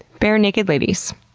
barenaked ladies.